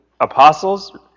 apostles